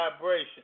vibration